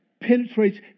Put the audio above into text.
penetrates